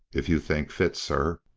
if you think fit, sir.